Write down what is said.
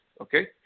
okay